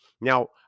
Now